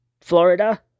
Florida